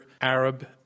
Arab